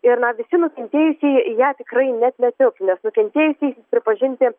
ir na visi nukentėjusieji į ją tikrai net netilps nes nukentėjusiais pripažinti